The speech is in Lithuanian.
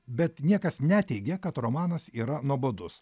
bet niekas neteigia kad romanas yra nuobodus